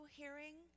hearing